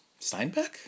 Steinbeck